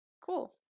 cool